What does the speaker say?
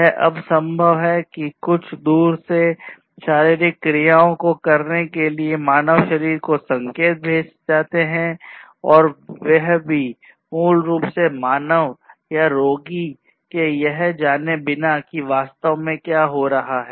यह अब संभव है कि दूर से कुछ शारीरिक क्रियाओं को करने के लिए मानव शरीर को संकेत भेजे जाते हैं वह भी मूल रूप से मानव या रोगी के यह जाने बिना की वास्तव में क्या हो रहा है